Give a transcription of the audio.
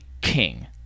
king